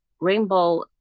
rainbow